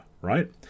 right